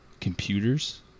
computers